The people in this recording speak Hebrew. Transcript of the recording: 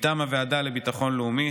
מטעם הוועדה לביטחון לאומי,